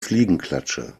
fliegenklatsche